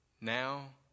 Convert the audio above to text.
now